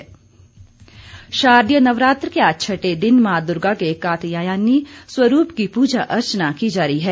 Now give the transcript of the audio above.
नवरात्र शारदीय नवरात्र के आज छटे दिन मां दुर्गा के कात्यायानी स्वरूप की पूजा अर्चना की जा रही है